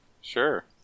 Sure